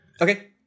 Okay